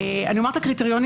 אני אומר את הקריטריונים